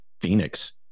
Phoenix